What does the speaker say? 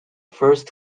first